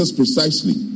precisely